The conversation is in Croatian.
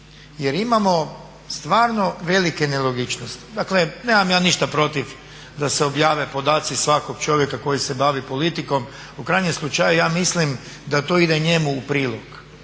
jer imamo stvarno velike nelogičnosti. Dakle nemam ja ništa protiv da se objave podaci svakog čovjeka koji se bavi politikom, u krajnjem slučaju ja mislim da to ide njemu u prilog